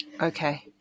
okay